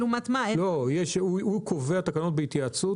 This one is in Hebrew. ההבדל הוא רק לעניין זכות הטיעון.